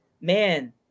man